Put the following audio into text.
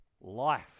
Life